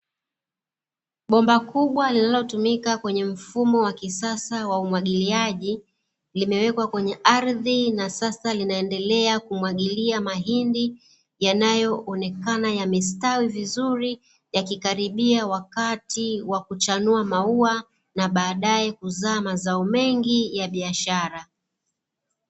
Bomba kubwa linalotumika kwenye mfumo wa kisasa wa umwagiliaji, limewekwa kwenye ardhi na sasa linaendelea kumwagilia mahindi yanayoonekana yamestawi vizuri, yakikaribia wakati wa kuchanua maua na baadaye kuzaa mazao mengi ya biashara.